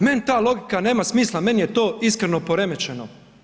Meni ta logika nema smisla, meni je to iskreno, poremećeno.